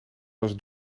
was